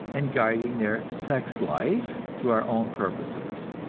and guiding their sex-life to our own purposes.